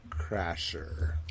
Crasher